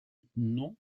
non